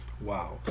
Wow